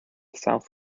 south